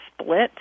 split